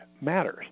matters